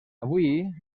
avui